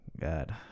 God